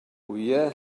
wyau